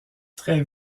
très